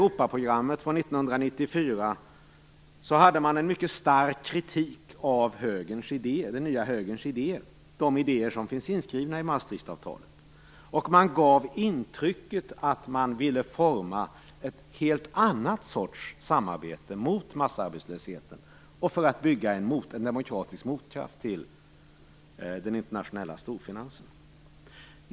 1994 hade man en mycket stark kritik av den nya högerns idéer, de idéer som finns inskrivna i Maastrichtavtalet. Man gav intrycket att man ville forma en helt annan sorts samarbete mot massarbetslösheten för att bygga en demokratisk motkraft till de internationella storfinanserna.